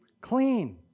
Clean